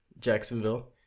Jacksonville